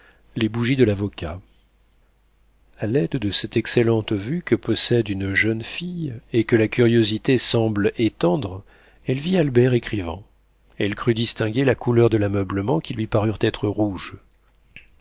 les bougies de l'avocat a l'aide de cette excellente vue que possède une jeune fille et que la curiosité semble étendre elle vit albert écrivant elle crut distinguer la couleur de l'ameublement qui lui parut être rouge